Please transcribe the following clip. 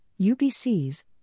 UBCs